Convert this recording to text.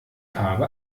farbe